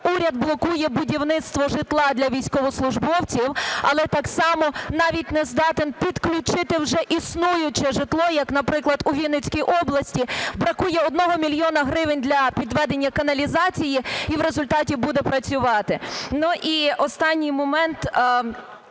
уряд блокує будівництво житла для військовослужбовців, але так само навіть не здатен підключити вже існуюче житло як, наприклад, у Вінницькій області бракує 1 мільйона гривень для підведення каналізації - і в результаті буде працювати? Ну, і останній момент: